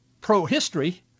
pro-history